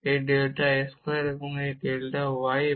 এই delta x square এবং এই ডেল্টা y থাকবে